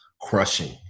crushing